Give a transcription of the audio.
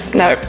no